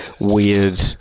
weird